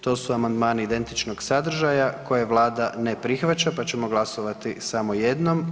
To su amandmani identičnog sadržaja koje Vlada ne prihvaća pa ćemo glasovati samo jednom.